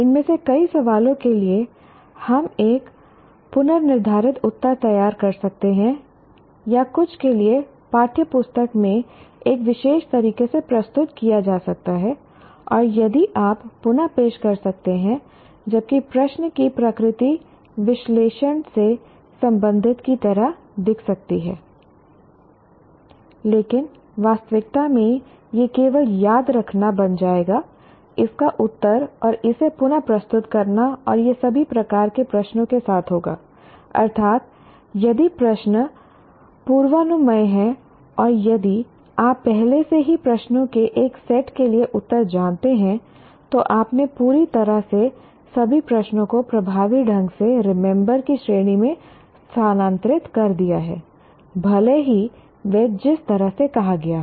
इनमें से कई सवालों के लिए हम एक पूर्वनिर्धारित उत्तर तैयार कर सकते हैं या कुछ के लिए पाठ्यपुस्तक में एक विशेष तरीके से प्रस्तुत किया जा सकता है और यदि आप पुन पेश कर सकते हैं जबकि प्रश्न की प्रकृति विश्लेषण में संबंधित की तरह दिख सकती है लेकिन वास्तविकता में यह केवल याद रखना बन जाएगा इसका उत्तर और इसे पुन प्रस्तुत करना और यह सभी प्रकार के प्रश्नों के साथ होगा अर्थात् यदि प्रश्न पूर्वानुमेय है और यदि आप पहले से ही प्रश्नों के एक सेट के लिए उत्तर जानते हैं तो आपने पूरी तरह से सभी प्रश्नों को प्रभावी ढंग से रिमेंबर की श्रेणी में स्थानांतरित कर दिया है भले ही वह जिस तरह से कहा गया हो